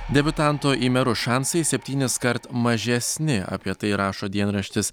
debiutanto į merus šansai septyniskart mažesni apie tai rašo dienraštis